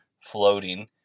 floating